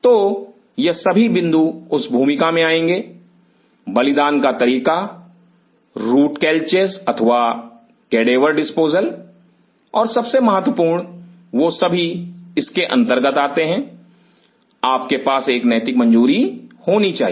तो यह सभी बिंदु उस भूमिका में आएंगे बलिदान का तरीका रूट कैलचेज अथवा कैडेवर डिस्पोजल और सबसे महत्वपूर्ण वह सभी इसके अंतर्गत आते हैं आपके पास एक नैतिक मंजूरी होनी चाहिए